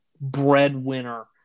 breadwinner